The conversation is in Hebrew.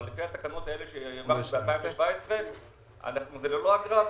אבל לפי התקנות שהעברנו ב-2017 זה ללא אגרה.